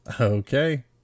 Okay